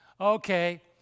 Okay